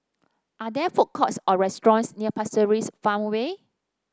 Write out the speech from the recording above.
are there food courts or restaurants near Pasir Ris Farmway